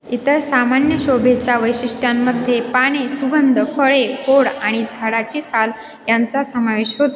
इतर सामान्य शोभेच्या वैशिष्ट्यांमध्ये पाने सुगंध फळे खोड आणि झाडाची साल यांचा समावेश होत